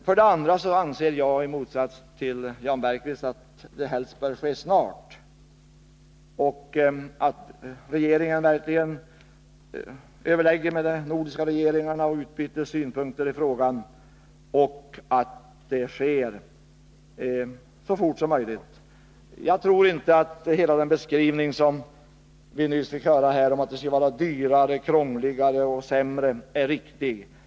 För det andra anser jag, i motsats till Jan Bergqvist, att åtgärder helst bör vidtas snart och så fort som möjligt — att regeringen verkligen överlägger med de nordiska länderna och utbyter synpunkter i frågan. Jag tror inte att hela den beskrivning som vi nyss fick höra om att det skulle vara dyrare, krångligare och sämre är riktig.